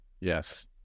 yes